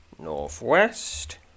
Northwest